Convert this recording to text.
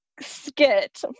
skit